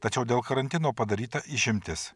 tačiau dėl karantino padaryta išimtis